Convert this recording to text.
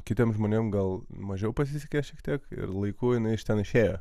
kitiems žmonėms gal mažiau pasisekė šiek tiek ir laiku jinai iš ten išėjo